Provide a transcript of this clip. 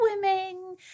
swimming